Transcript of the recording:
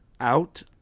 out